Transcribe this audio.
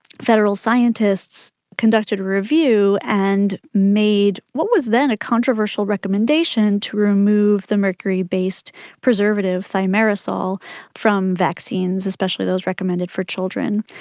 federal scientists conducted a review and made what was then a controversial recommendation to remove the mercury-based preservative thimerosal from vaccines, especially those recommended for children.